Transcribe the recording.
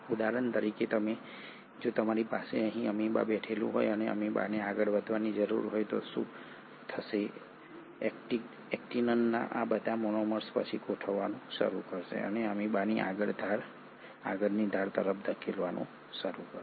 ઉદાહરણ તરીકે જો તમારી પાસે અહીં અમીબા બેઠેલું હોય અને અમીબાને આગળ વધવાની જરૂર હોય તો શું થશે એક્ટિનના આ બધા મોનોમર્સ પછી ગોઠવવાનું શરૂ કરશે અને અમીબાની આગળની ધાર તરફ ધકેલવાનું શરૂ કરશે